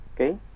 okay